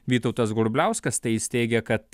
vytautas grubliauskas tai jis teigė kad